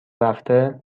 رفته